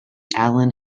allan